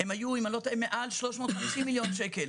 אם אני לא טועה, בעבר הם היו מעל 350 מיליון שקל,